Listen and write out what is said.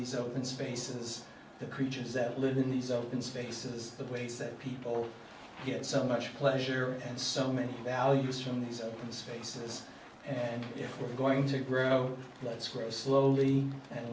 these open spaces the creatures that live in these open spaces but ways that people get so much pleasure and so many values from these open spaces and if we're going to grow let's raise slowly and